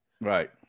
right